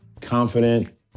confident